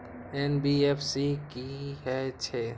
NBFC की हे छे?